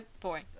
boy